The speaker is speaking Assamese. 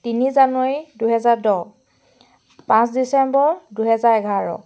তিনি জানুৱাৰী দুহেজাৰ দহ পাঁচ ডিচেম্বৰ দুহেজাৰ এঘাৰ